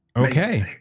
Okay